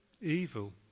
Evil